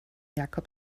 jakob